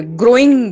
growing